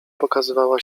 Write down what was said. pokazywała